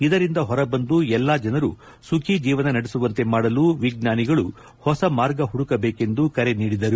ಇದರಿಂದ ಹೊರಬಂದು ಎಲ್ಲಾ ಜನರು ಸುಖಿ ಜೀವನ ನಡೆಸುವಂತೆ ಮಾಡಲು ವಿಜ್ವಾನಿಗಳು ಹೊಸ ಮಾರ್ಗ ಹುಡುಕಬೇಕೆಂದು ಕರೆ ನೀಡಿದರು